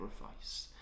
sacrifice